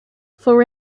for